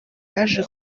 yaje